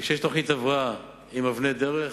כשיש תוכנית הבראה עם אבני דרך,